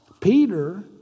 Peter